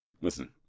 listen